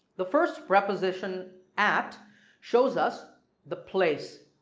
the first preposition at shows us the place.